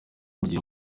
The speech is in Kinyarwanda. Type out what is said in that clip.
urugero